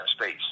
space